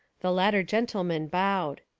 the latter gentleman bowed.